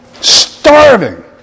Starving